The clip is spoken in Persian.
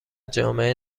جامعه